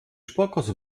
sparkasse